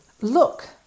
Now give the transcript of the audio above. look